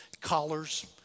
collars